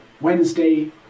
Wednesday